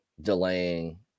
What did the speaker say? delaying